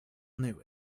knew